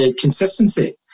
consistency